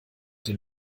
den